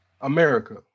America